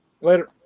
Later